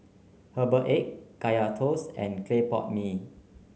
Herbal Egg Kaya Toast and Clay Pot Mee